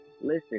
listen